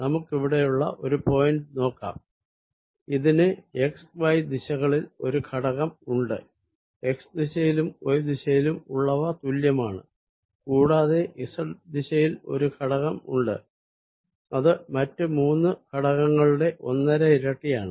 നമുക്കിവിടെയുള്ള ഒരു പോയിന്റ് നോക്കാം ഇതിന് xy ദിശകളിൽ ഒരു ഘടകം ഉണ്ട് xദിശയിലും y ദിശയിലും ഉള്ളവ തുല്യമാണ് കൂടാതെ z ദിശയിൽ ഒരു ഘടകം ഉണ്ട് അത് മറ്റ് മൂന്നു ഘടകങ്ങളുടെ ഒന്നര ഇരട്ടിയാണ്